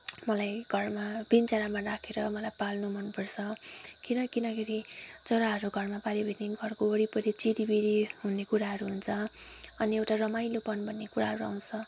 मलाई घरमा पिँजडामा राखेर मलाई पाल्नु मनपर्छ किन किनखेरि चराहरू घरमा पाल्यौ भने घरको वरिपरि चिरिविरी हुने कुराहरू हुन्छ अनि एउटा रमाइलोपन भन्ने कुराहरू आउँछ